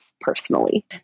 personally